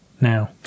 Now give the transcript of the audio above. now